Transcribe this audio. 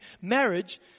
marriage